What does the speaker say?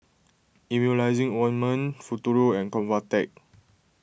Emulsying Ointment Futuro and Convatec